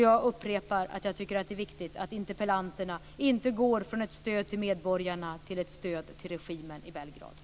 Jag upprepar att jag tycker att det är viktigt att interpellanterna inte går från ett stöd till medborgarna till ett stöd till regimen i Belgrad.